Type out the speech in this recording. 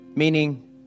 Meaning